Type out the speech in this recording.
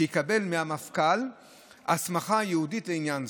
שיקבל מהמפכ"ל הסמכה ייעודית לעניין זה.